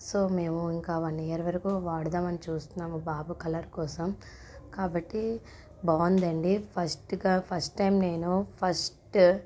so మేము ఇంకా one year వరకు వాడుదామని చూస్తున్నాం బాబు కలర్ కోసం కాబట్టి బాగుందండి ఫస్ట్గా ఫస్ట్ టైం నేను ఫస్ట్